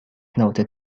noted